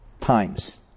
times